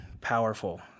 powerful